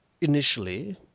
initially